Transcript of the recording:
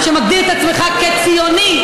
שמגדיר את עצמך כציוני,